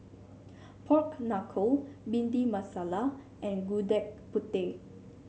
Pork Knuckle Bhindi Masala and Gudeg Putih